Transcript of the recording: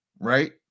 Right